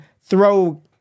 throw